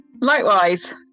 Likewise